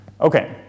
Okay